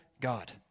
God